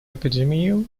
эпидемию